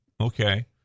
Okay